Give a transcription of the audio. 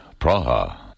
Praha